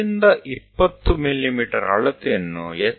અહીંયાથી એક વર્તુળ દોરો